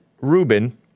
Rubin